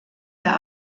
der